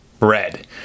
Red